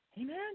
Amen